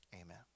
Amen